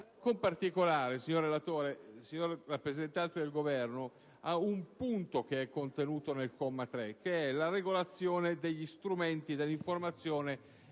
onorevole relatore e rappresentante del Governo, ad un punto che è contenuto nel comma 3: la regolazione degli strumenti dell'informazione